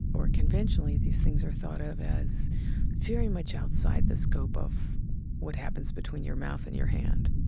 or conventionally these things are thought of as very much outside the scope of what happens between your mouth and your hand